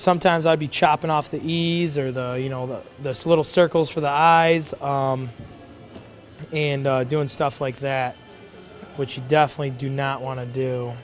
sometimes i'd be chopping off the ease or the you know those little circles for the eyes and doing stuff like that which you definitely do not want to do